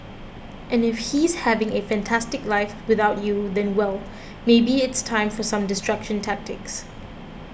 and if he's having a fantastic life without you then well maybe it's time for some distraction tactics